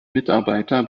mitarbeiter